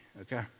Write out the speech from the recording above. Okay